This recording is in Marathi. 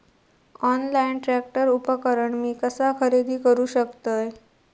ऑनलाईन ट्रॅक्टर उपकरण मी कसा खरेदी करू शकतय?